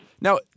Now